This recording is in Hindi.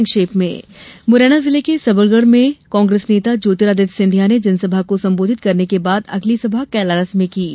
संक्षिप्त समाचार मुरैना जिले के सबलगढ़ में कांग्रेस नेता ज्योतिरादित्य सिंधिया ने जनसभा को संबोधित करने के बाद अगली सभा कैलारस में करेगे